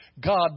God